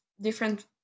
different